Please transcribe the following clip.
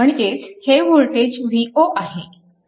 म्हणजेच हे voltage v0 आहे